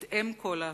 את אם כל ההפרטות,